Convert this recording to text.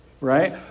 Right